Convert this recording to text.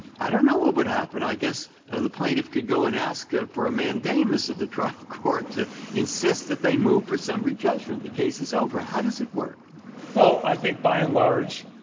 i don't know what would happen. i guess the plaintiff could go and ask ah for a mandamus of the trial court to insist that they move for summary judgment. the case is over. how does it work. fisher well, i think by and large,